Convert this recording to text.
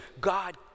God